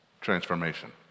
transformation